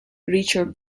richer